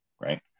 right